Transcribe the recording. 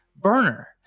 burner